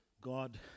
God